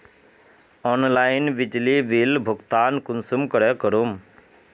Online बिजली bill भुगतान कुंसम करे करूम?